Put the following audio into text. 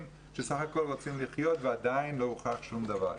שבסך הכול רוצים לחיות ועדיין לא הוכח שום דבר.